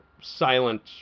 silent